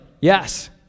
yes